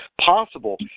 possible